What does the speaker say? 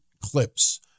clips